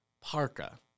Parka